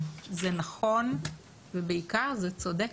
זה נכון וזה בעיקר צודק.